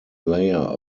layer